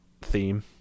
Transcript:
theme